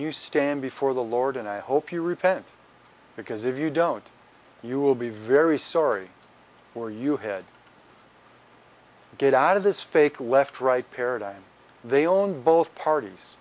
you stand before the lord and i hope you repent because if you don't you will be very sorry for you had to get out of this fake left right paradigm they own both parties